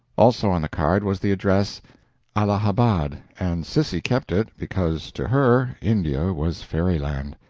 also on the card was the address allahabad, and sissy kept it, because, to her, india was fairyland.